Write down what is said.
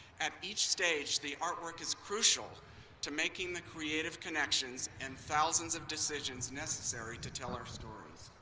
at each stage, the artwork is crucial to making the creative connections and thousands of decisions necessary to tell our stories.